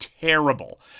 terrible